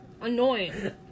annoying